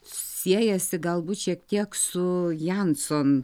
siejasi galbūt šiek tiek su jansson